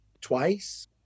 twice